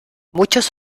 muchos